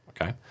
okay